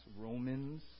Romans